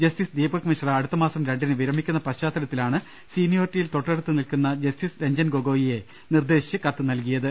justice Deepak Mishra അടുത്തമാസം രണ്ടിന് വിരമിക്കുന്ന പശ്ചാത്തലത്തിലാണ് സീനി യോറിറ്റിയിൽ തൊട്ടടുത്ത് നിൽക്കുന്ന ജസ്റ്റിസ് രഞ്ജൻ ഗൊഗോ യിയെ നിർദേശിച്ച് കത്തുനൽകിയത്